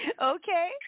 Okay